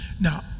Now